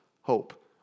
hope